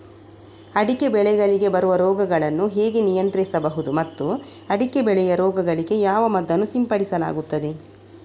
ಅಡಿಕೆ ಬೆಳೆಗಳಿಗೆ ಬರುವ ರೋಗಗಳನ್ನು ಹೇಗೆ ನಿಯಂತ್ರಿಸಬಹುದು ಮತ್ತು ಅಡಿಕೆ ಬೆಳೆಯ ರೋಗಗಳಿಗೆ ಯಾವ ಮದ್ದನ್ನು ಸಿಂಪಡಿಸಲಾಗುತ್ತದೆ?